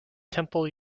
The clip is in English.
temple